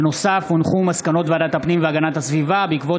מסקנות ועדת הפנים והגנת הסביבה בעקבות